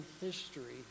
history